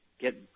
get